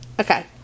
Okay